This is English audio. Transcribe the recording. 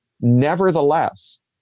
nevertheless